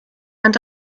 and